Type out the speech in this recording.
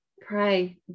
pray